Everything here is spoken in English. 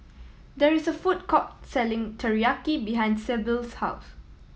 there is a food court selling Teriyaki behind Syble's house